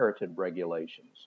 regulations